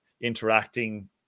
interacting